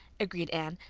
agreed anne,